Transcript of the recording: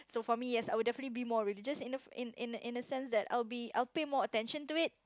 so for me yes I will definitely be more religious in a in in a sense that I'll be I will pay more attention to it